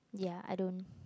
ya I don't